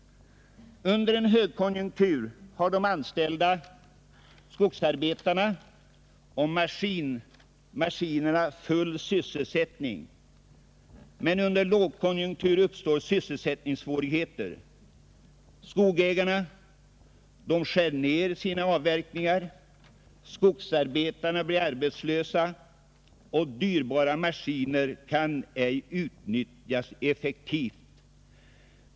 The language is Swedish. Under en högkonjunktur har de anställda skogsarbetarna och maskinerna full sysselsättning, men under lågkonjunkturer uppstår sysselsättningssvårigheter. Skogsägarna skär då ner sina avverkningar. Skogsarbetarna blir arbetslösa, och dyrbara maskiner kan ej utnyttjas effektivt.